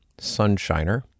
sunshiner